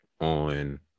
on